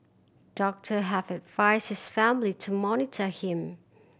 doctor have advised his family to monitor him